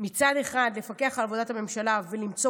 מצד אחד לפקח על עבודת הממשלה ולמצוא